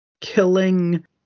killing